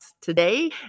today